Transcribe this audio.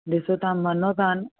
ॾिसो तव्हां मञियो था